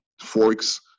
forks